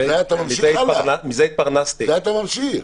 ואתה ממשיך.